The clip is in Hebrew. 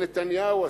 ונתניהו עשה,